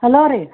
hello ರೀ